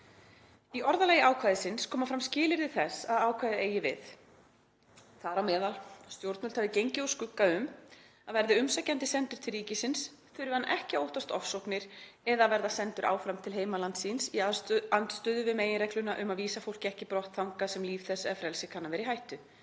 Í orðalagi ákvæðisins koma fram skilyrði þess að ákvæðið eigi við, þar á meðal að stjórnvöld hafi gengið úr skugga um að verði umsækjandi sendur til ríkisins þurfi hann ekki að óttast ofsóknir eða að verða sendur áfram til heimalands síns í andstöðu við meginregluna um að vísa fólki ekki brott þangað sem líf þess eða frelsi kann að vera í hættu.